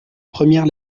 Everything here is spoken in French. première